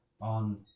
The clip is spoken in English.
on